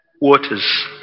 waters